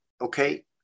okay